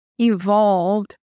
evolved